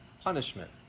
punishment